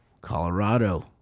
Colorado